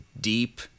deep